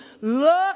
look